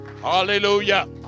Hallelujah